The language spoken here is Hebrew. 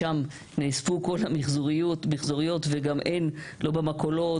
שם נאספו כל המחזוריות וגם אין לא במכולות.